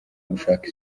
gushaka